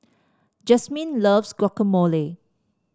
Jasmyne loves Guacamole